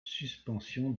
suspension